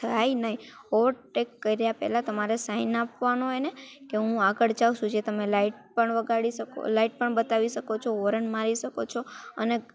થાય નહીં ઓવરટેક કર્યા પહેલાં તમારે સાઇન આપવાનો એને કે હું આગળ જાઉં છું જે તમે લાઇટ પણ વગાડી શકો લાઇટ પણ બતાવી શકો છો હોરન મારી શકો છો અને